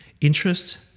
Interest